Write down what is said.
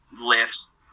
lifts